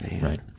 Right